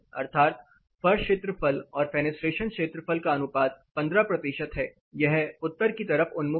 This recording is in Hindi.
अर्थात फर्श क्षेत्रफल और फेनेस्ट्रेशन क्षेत्रफल का अनुपात 15 प्रतिशत है यह उत्तर की तरफ उन्मुख है